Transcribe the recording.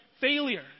failure